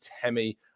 Temi